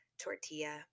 tortilla